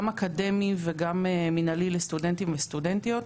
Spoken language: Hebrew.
אקדמי וגם מנהלי לסטודנטים ולסטודנטיות.